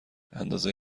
اندازه